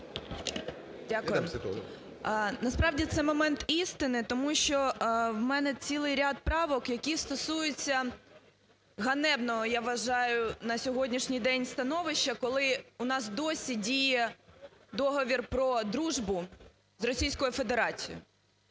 Дякую. Насправді, це момент істини, тому що у мене цілий ряд правок, які стосуються ганебного, я вважаю, на сьогоднішній день становища, коли у нас досі діє договір про дружбу з Російською Федерацію.